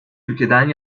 ülkeden